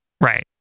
Right